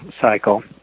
cycle